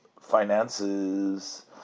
finances